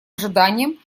ожиданиям